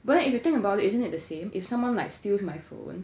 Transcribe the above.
then if you think about it isn't it the same if someone like steals my phone